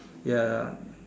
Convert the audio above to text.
ya